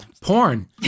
Porn